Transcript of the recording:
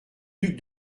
ducs